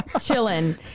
Chilling